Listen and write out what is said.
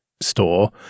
store